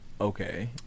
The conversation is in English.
Okay